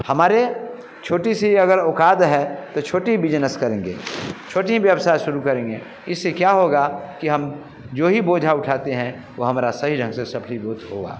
हमारी छोटी सी अगर औक़ात है तो छोटा बिजनेस करेंगे छोटा व्यवसाय शुरू करेंगे इससे क्या होगा कि हम जो ही बोझा उठाते हैं वह हमारा सही ढंग से सफीभूत होगा